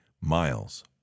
Miles